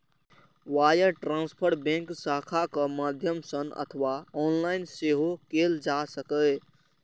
wire transfer bank शाखाक माध्यम सं अथवा ऑनलाइन सेहो कैल जा सकैए